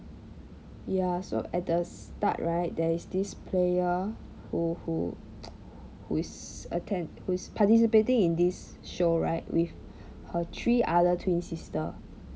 ya so at the start right there is this player who who who is attend who is participating in this show right with her three other twin sister